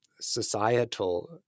societal